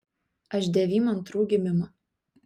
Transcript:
aš devym antrų gimimo